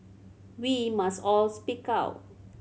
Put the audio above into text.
we must all speak out